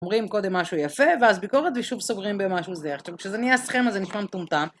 אומרים קודם משהו יפה, ואז ביקורת, ושוב סוגרים במשהו זה. עכשיו, כשזה נהיה סכמה זה נשמע מטומטם.